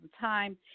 time